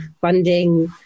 funding